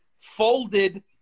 folded